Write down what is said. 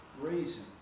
reason